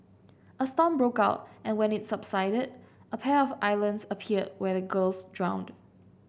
a storm broke out and when it subsided a pair of islands appeared where the girls drowned